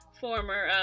former